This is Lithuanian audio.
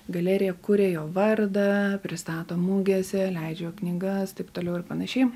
galerija kuria jo vardą pristato mugėse leidžia jo knygas taip toliau ir panašiai